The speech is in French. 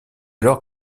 alors